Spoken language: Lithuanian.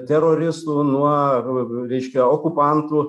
teroristų nuo e reiškia okupantų